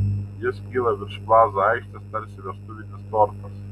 jis kyla virš plaza aikštės tarsi vestuvinis tortas